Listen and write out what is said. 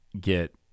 get